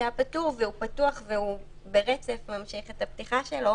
מי שהיה פטור והוא פתוח והוא ברצף ממשיך את הפתיחה שלו,